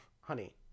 Honey